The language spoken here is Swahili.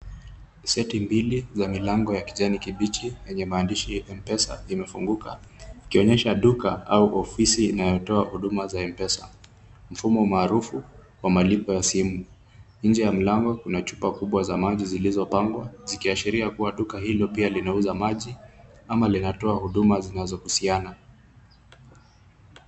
Seti mbili za mlango ya kijani kipiji yenye mandishi ya m pesa imefunguka ikionyesha duka au ofisi inayetoa huduma sa m pesa mfumo maharumu wa malipo wa simu, nje ya mlango Kuna chupa kubwa za maji zilizopangwa zikiashiria kuwa duka hilo pia linausa maji ama linatoa huduma zinazohuziana